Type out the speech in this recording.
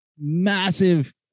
massive